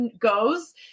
goes